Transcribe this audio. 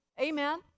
amen